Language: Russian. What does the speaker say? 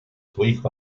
своих